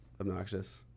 obnoxious